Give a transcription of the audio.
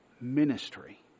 ministry